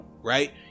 right